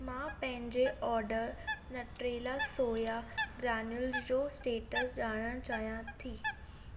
मां पंहिंजे order Nutrela soya granules जो स्टेटसु ॼाणणु चाहियां थी